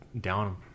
down